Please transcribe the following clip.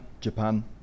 Japan